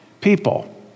people